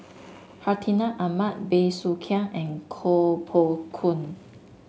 Hartinah Ahmad Bey Soo Khiang and Koh Poh Koon